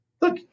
look